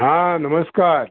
हां नमस्कार